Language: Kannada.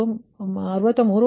98 63